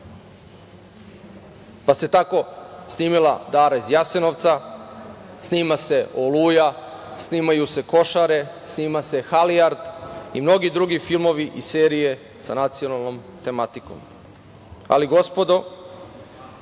se snimila „Dara iz Jasenovca“, snima se „Oluja“, snimaju se „Košare“, snima se „Halijard“ i mnogi drugi filmovi i Serije sa nacionalnom tematikom. Ali, gospodo,